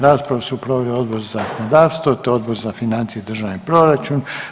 Raspravu su proveli Odbor za zakonodavstvo te Odbor za financije i državni proračun.